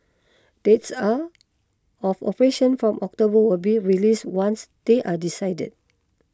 dates up of operation from October will be released once they are decided